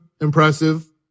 impressive